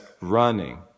running